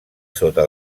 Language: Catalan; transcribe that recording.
sota